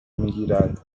میگیرد